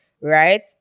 right